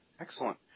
Excellent